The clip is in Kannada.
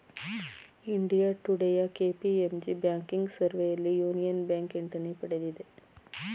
ಇಂಡಿಯಾ ಟುಡೇಯ ಕೆ.ಪಿ.ಎಂ.ಜಿ ಬ್ಯಾಂಕಿಂಗ್ ಸರ್ವೆಯಲ್ಲಿ ಯೂನಿಯನ್ ಬ್ಯಾಂಕ್ ಎಂಟನೇ ಪಡೆದಿದೆ